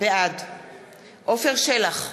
בעד עפר שלח,